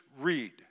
read